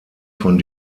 von